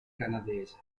canadese